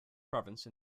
province